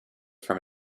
from